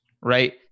right